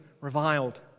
reviled